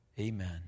amen